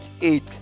eight